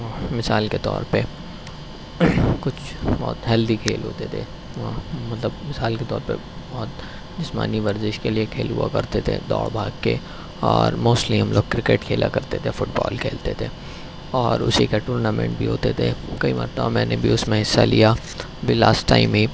مثال کے طور پہ کچھ بہت ہیلدی کھیل ہوتے تھے وہاں مطلب مثال کے طور پر بہت جسمانی ورزش کے لیے کھیل ہوا کرتے تھے دوڑ بھاگ کے اور موسٹلی ہم لوگ کرکٹ کھیلا کرتے تھے فٹ بال کھیلتے تھے اور اسی کا ٹورنامنٹ بھی ہوتے تھے کئی مرتبہ میں نے بھی اس میں حصہ لیا ابھی لاسٹ ٹائم میں